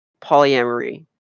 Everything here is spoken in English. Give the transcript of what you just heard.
polyamory